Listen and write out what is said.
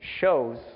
shows